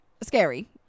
scary